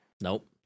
Nope